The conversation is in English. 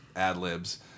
ad-libs